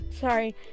sorry